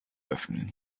öffnen